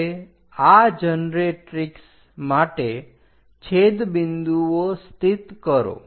હવે આ જનરેટ્રીક્ષ માટે છેદબિંદુઓ સ્થિત કરો